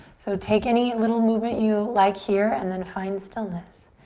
so take any little movement you like here and then find stillness.